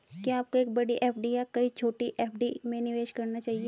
क्या आपको एक बड़ी एफ.डी या कई छोटी एफ.डी में निवेश करना चाहिए?